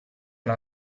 una